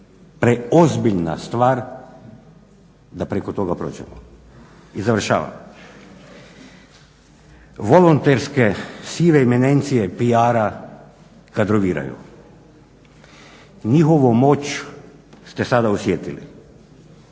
preozbiljna stvar da preko toga prođemo. I završavam, volonterske sive eminencije PR-a kadroviraju. Njihovu moć ste sada osjetili,